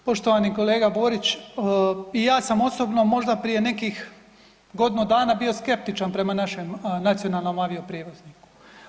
Dakle, poštovani kolega Borić i ja sam osobno možda prije nekih godinu dana bio skeptičan prema našem nacionalnom avioprijevozniku.